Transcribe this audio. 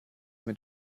mit